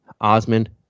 osmond